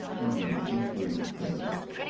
start there. the first word's daedalus.